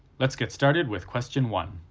let's get started with question one.